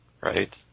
right